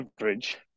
average